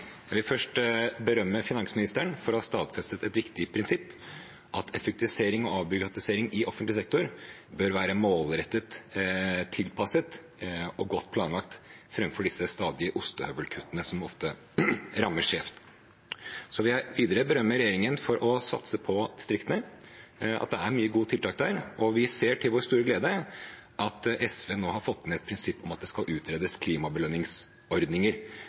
Jeg vil først berømme finansministeren for å ha stadfestet et viktig prinsipp, at effektivisering og avbyråkratisering i offentlig sektor bør være målrettet, tilpasset og godt planlagt, framfor disse stadige ostehøvelkuttene, som ofte rammer skjevt. Så vil jeg videre berømme regjeringen for å satse på distriktene – det er mange gode tiltak der – og vi ser til vår store glede at SV nå har fått inn et prinsipp om at det skal utredes klimabelønningsordninger.